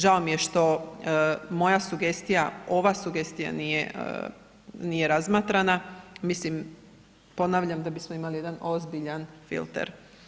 Žao mi je što moja sugestija, ova sugestija nije, nije razmatrana, mislim, ponavljam da bismo imali jedan ozbiljan filter.